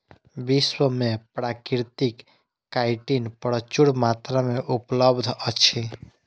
विश्व में प्राकृतिक काइटिन प्रचुर मात्रा में उपलब्ध अछि